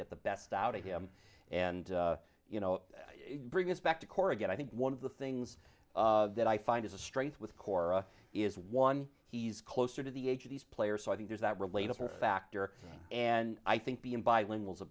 get the best out of him and you know bring us back to core again i think one of the things that i find as a strength with cora is one he's closer to the age of these players so i think there's that relating her factor and i think being bilingual is a